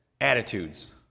Attitudes